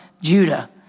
Judah